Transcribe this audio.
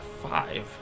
five